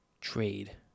trade